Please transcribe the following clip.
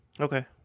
Okay